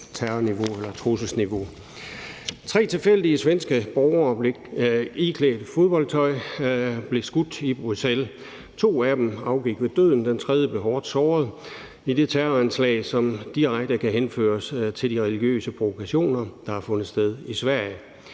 i forvejen høje trusselsniveau. Tre tilfældige svenske borgere iklædt fodboldtøj blev skudt i Bruxelles. To af dem afgik ved døden, mens den tredje blev hårdt såret i det terroranslag, som direkte kan henføres til de religiøse provokationer, der har fundet sted i Sverige.